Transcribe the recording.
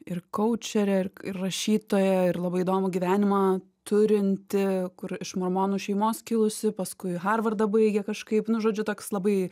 ir kaučerė ir ir rašytoja ir labai įdomų gyvenimą turinti kur iš mormonų šeimos kilusi paskui harvardą baigė kažkaip nu žodžiu toks labai